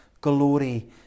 glory